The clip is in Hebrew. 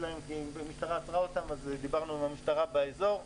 שלהם כי המשטרה עצרה אותם ואז דיברנו עם המשטרה באזור.